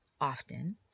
often